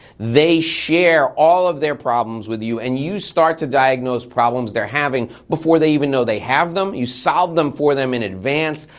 they share all of their problems with you and you start to diagnose problems they're having before they even know they have them. you solve them for them in advance.